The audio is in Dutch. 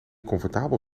comfortabel